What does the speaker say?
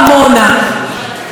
חברים יקרים,